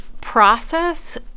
process